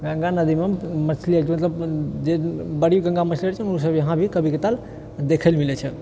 गङ्गा नदीमे मछली आएल छै मतलब जे बड़ी गङ्गामे मछली रहै छै ने ओ सब यहाँ भी कभी कताल देखै लऽ मिलै छै